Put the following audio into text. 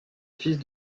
fils